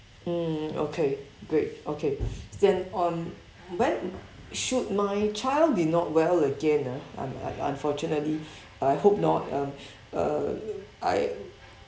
mm okay great okay then on when should my child be not well again ah un~ un~ unfortunately I hope not um uh I